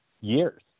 years